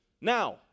Now